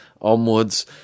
onwards